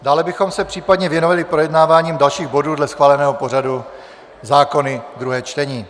Dále bychom se případně věnovali projednáváním dalších bodů dle schváleného pořadu zákony druhé čtení.